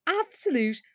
absolute